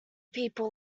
people